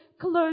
close